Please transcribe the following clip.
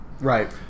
right